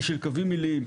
היא של קווים עיליים.